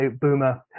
Boomer